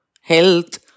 health